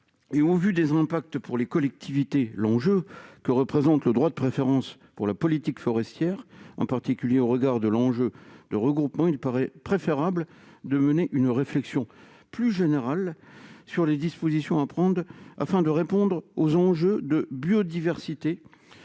Au regard des impacts pour les collectivités et de l'enjeu que représente le droit de préférence pour la politique forestière, en particulier au regard du regroupement, il paraît préférable de mener une réflexion plus générale sur les dispositions à prendre pour répondre aux enjeux de biodiversité,